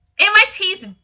MIT's